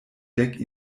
dek